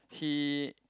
he